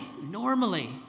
normally